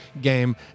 game